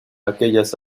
aquellas